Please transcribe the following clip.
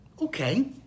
okay